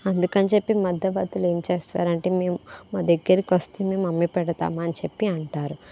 అందుకని చెప్పి మధ్యవర్తులు ఏం చేస్తారంటే మేము మా దగ్గరకు వస్తే మేము అమ్మి పెడతామని చెప్పి అంటారు